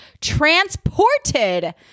transported